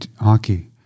hockey